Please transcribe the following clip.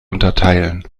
unterteilen